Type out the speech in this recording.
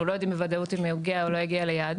לא יודעים בוודאות אם הוא הגיע או לא הגיע ליעדו.